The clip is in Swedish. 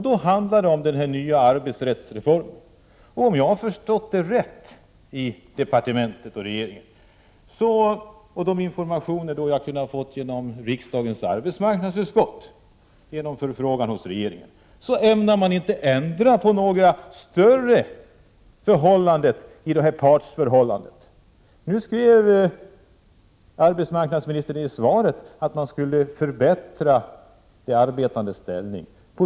Då handlar det om den nya arbetsrättsreformen. Om jag förstått signalerna från departementet och regeringen och även de informationer som jag fått från arbetsmarknadsutskottet genom förfrågan hos regeringen, ämnar man inte göra några större förändringar i detta partsförhållande. Arbetsmarknadsministern säger i svaret att man skall förbättra de arbetandes ställning.